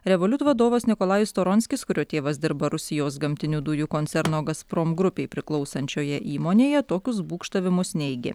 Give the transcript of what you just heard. revoliut vadovas nikolajus storonskis kurio tėvas dirba rusijos gamtinių dujų koncerno gasprom grupei priklausančioje įmonėje tokius būgštavimus neigė